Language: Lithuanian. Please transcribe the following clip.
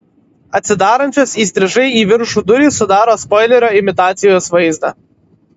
atsidarančios įstrižai į viršų durys sudaro spoilerio imitacijos vaizdą